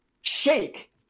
shake